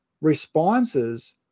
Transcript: responses